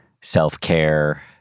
self-care